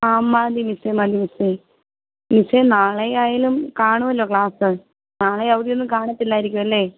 ആ മതി മിസ്സേ മതി മിസ്സേ മിസ്സേ നാളെ ആയാലും കാണുമല്ലോ ക്ലാസ് നാളെ അവധിയൊന്നും കാണില്ലായിരിക്കും അല്ലേ